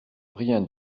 rien